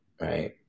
right